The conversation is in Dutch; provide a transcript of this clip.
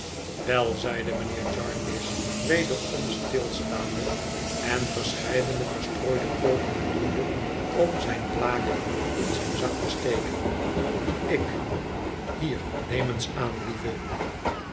wel zeide mijnheer jarndyce wederom stilstaande en verscheidene verstrooide pogingen doende om zijn blaker in zijn zak te steken ik hier neem eens aan lieve